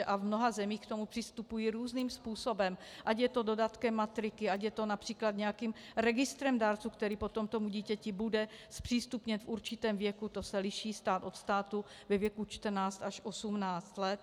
V mnoha zemích k tomu přistupují různým způsobem, ať je to dodatkem matriky, ať je to například nějakým registrem dárců, který potom dítěti bude zpřístupněn v určitém věku, to se liší stát od státu, ve věku 14 až 18 let.